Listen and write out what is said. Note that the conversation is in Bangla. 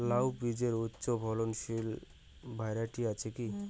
লাউ বীজের উচ্চ ফলনশীল ভ্যারাইটি আছে কী?